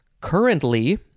Currently